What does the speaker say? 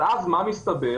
אבל אז מה מסתבר?